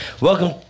Welcome